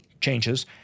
changes